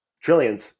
trillions